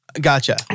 Gotcha